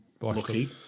Lucky